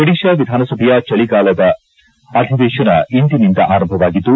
ಒಡಿತಾ ವಿಧಾನಸಭೆಯ ಚಳಿಗಾಲದ ಅಧಿವೇತನ ಇಂದಿನಿಂದ ಆರಂಭವಾಗಿದ್ದು